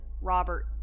Robert